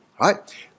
right